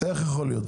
איך יכול להיות?